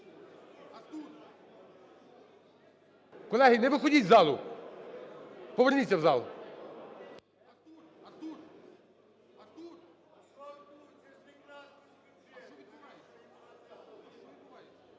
Колеги, не виходьте з залу, поверніться в зал.